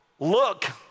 Look